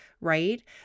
right